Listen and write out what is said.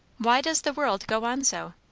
why does the world go on so?